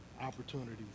opportunities